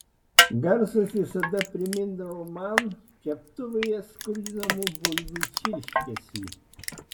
garsas visada primindavo man keptuvėje skrudinamų bulvių čirškesį